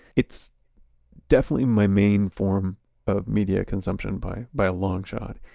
it's definitely my main form of media consumption by by a long shot.